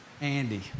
Andy